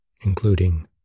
including